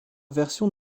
versions